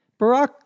Barack